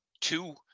two